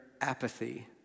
apathy